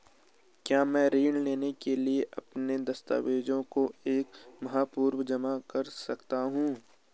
क्या मैं ऋण लेने के लिए अपने दस्तावेज़ों को एक माह पूर्व जमा कर सकता हूँ?